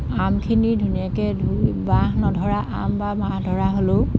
আমখিনি ধুনীয়াকৈ ধুই বাহ নধৰা আম বা বাহ ধৰা হ'লেও